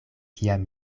kiam